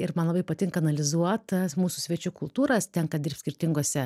ir man labai patinka analizuot tas mūsų svečių kultūras tenka dirbt skirtingose